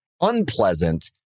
unpleasant